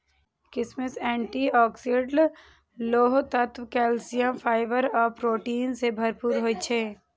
किशमिश antioxidant, लोह तत्व, कैल्सियम, फाइबर आ प्रोटीन सं भरपूर होइ छै